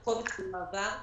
הקובץ היה גדול,